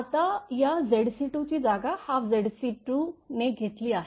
आता या Zc2 ची जागाZc22 ने घेतली आहे